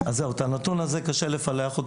את הנתון הזה קשה לפלח,